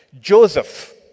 Joseph